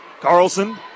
Carlson